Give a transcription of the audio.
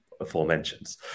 aforementioned